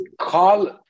call